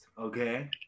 okay